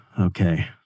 Okay